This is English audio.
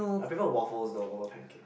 I prefer waffles though over pancake